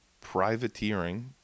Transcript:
privateering